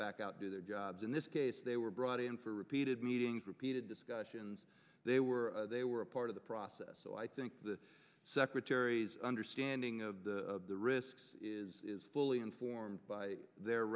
back out do their jobs in this case they were brought in for repeated meetings repeated discussions they were they were a part of the process so i think the secretary's understanding of the risks is fully informed by their